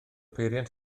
peiriant